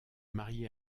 marié